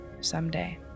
someday